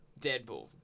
Deadpool